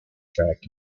track